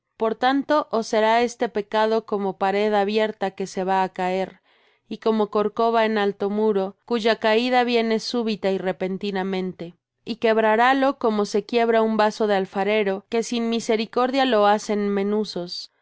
por tanto os será este pecado como pared abierta que se va á caer y como corcova en alto muro cuya caída viene súbita y repentinamente y quebrarálo como se quiebra un vaso de alfarero que sin misericordia lo hacen menuzos